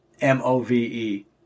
M-O-V-E